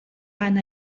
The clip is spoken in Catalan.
van